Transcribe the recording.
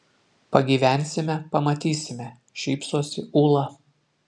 pagyvensime pamatysime šypsosi ūla